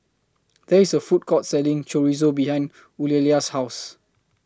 There IS A Food Court Selling Chorizo behind Eulalia's House